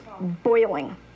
boiling